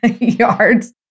yards